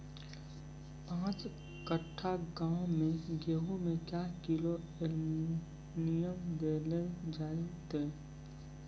पाँच कट्ठा गांव मे गेहूँ मे क्या किलो एल्मुनियम देले जाय तो?